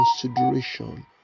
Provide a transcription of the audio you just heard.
consideration